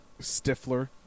Stifler